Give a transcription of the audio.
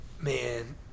man